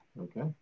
okay